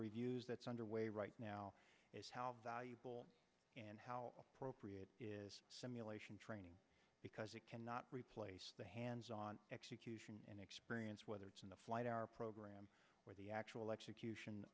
reviews that's underway right now is how valuable and how propre it is simulation training because it cannot replace the hands on execution and experience whether it's in the flight hour program or the actual execution